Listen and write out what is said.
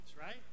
right